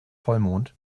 vollmond